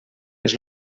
les